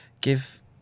give